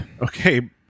Okay